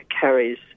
carries